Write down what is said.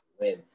win